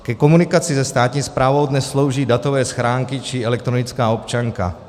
Ke komunikaci se státní správou dnes slouží datové schránky či elektronická občanka.